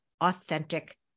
authentic